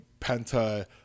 Penta